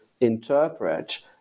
interpret